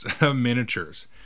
miniatures